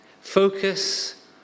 Focus